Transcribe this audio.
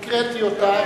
הקראתי אותה,